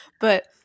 But-